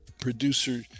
producer